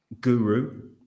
guru